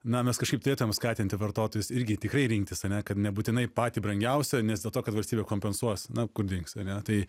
na mes kažkaip turėtumėm skatinti vartotojus irgi tikrai rinktis ane kad nebūtinai patį brangiausią nes dėl to kad valstybė kompensuos na kur dings ane tai